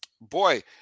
Boy